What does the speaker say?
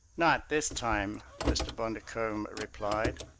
not this time! mr. bundercombe replied.